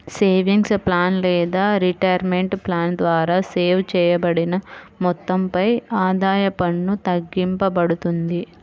savings plan లేదా retirement plan ద్వారా save చేయబడిన మొత్తంపై ఆదాయ పన్ను తగ్గింపబడుతుంది